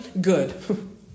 Good